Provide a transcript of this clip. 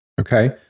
Okay